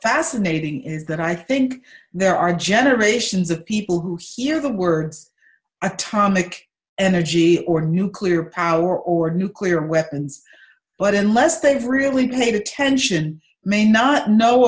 fascinating is that i think there are generations of people who hear the words atomic energy or nuclear power or nuclear weapons but unless they've really paid attention may not know